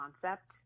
concept